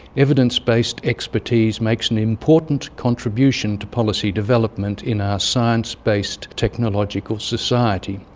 evidence-based expertise makes an important contribution to policy development in our science-based technological society,